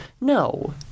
No